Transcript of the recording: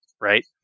right